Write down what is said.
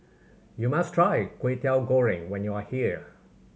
you must try Kwetiau Goreng when you are here